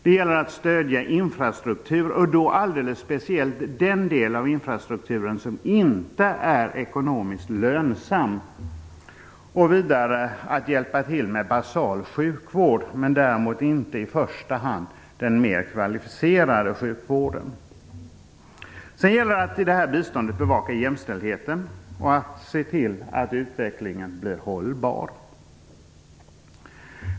Det gäller att stödja infrastruktur, och då alldeles speciellt den del av infrastrukturen som inte är ekonomiskt lönsam. Det gäller vidare att hjälpa till med basal sjukvård, men däremot inte i första hand med den mer kvalificerade sjukvården. Det gäller också att i detta bistånd bevaka jämställdheten och att se till att utvecklingen blir hållbar.